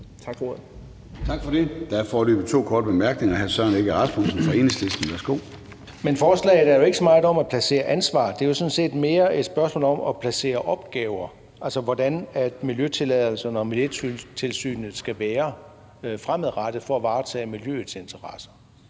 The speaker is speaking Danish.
Tak for ordet.